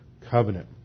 covenant